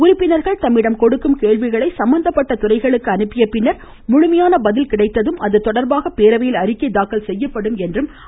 உறுப்பினர்கள் தம்மிடம் கொடுக்கும் கேள்விகளை சம்பந்தப்பட்ட துறைகளுக்கு அனுப்பிய பின்னர் முழுமையான பதில் கிடைத்ததும் அது தொடர்பாக பேரவையில் அறிக்கை தாக்கல் செய்யப்படும் என்றும் கூறினார்